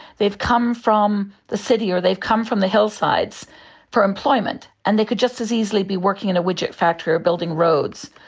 come from the city or they've come from the hillsides for employment, and they could just as easily be working in a widget factory or building roads,